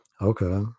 okay